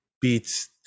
beats